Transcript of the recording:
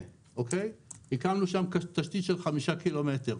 הקמנו שם תשתית של חמישה קילומטר.